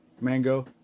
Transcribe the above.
mango